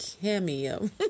Cameo